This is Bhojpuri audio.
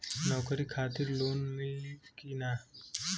नौकरी खातिर लोन मिली की ना?